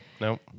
Nope